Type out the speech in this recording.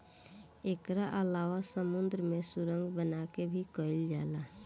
एकरा अलावा समुंद्र में सुरंग बना के भी कईल जाला